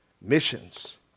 Missions